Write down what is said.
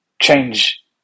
change